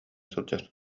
сылдьар